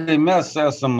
mes esam